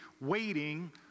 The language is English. Waiting